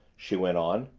she went on.